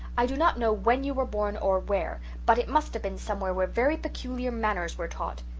i do not know when you were born, or where, but it must have been somewhere where very peculiar manners were taught.